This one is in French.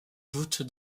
voûte